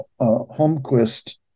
Holmquist